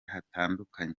hatandukanye